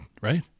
right